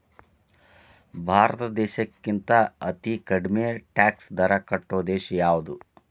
ಭಾರತ್ ದೇಶಕ್ಕಿಂತಾ ಅತೇ ಕಡ್ಮಿ ಟ್ಯಾಕ್ಸ್ ದರಾ ಕಟ್ಟೊ ದೇಶಾ ಯಾವ್ದು?